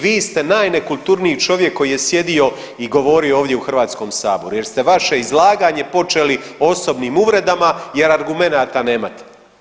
Vi ste najnekulturniji čovjek koji je sjedio i govorio ovdje u Hrvatskom saboru jer ste vaše izlaganje počeli osobnim uvredama jer argumenata nemate.